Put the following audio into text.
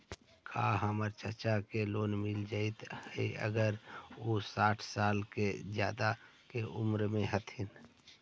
का हमर चाचा के लोन मिल जाई अगर उ साठ साल से ज्यादा के उमर के हथी?